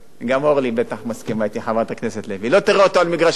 לא תראה אותו על מגרש המסדרים בקורס טיס,